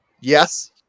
yes